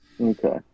okay